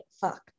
fuck